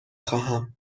خواهم